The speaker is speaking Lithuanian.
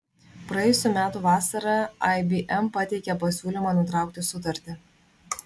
praėjusių metų vasarą ibm pateikė pasiūlymą nutraukti sutartį